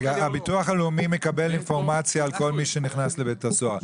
הביטוח הלאומי מקבל אינפורמציה על כל מי שנכנס לבית הסוהר,